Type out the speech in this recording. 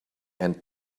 and